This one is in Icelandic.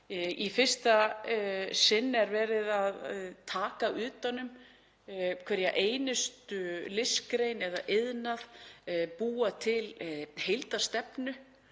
Í fyrsta sinn er verið að taka utan um hverja einustu listgrein eða iðnað, búa til heildarstefnu